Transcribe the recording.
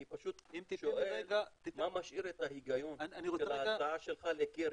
אני פשוט שואל מה משאיר את ההיגיון של ההצעה שלך לקרן?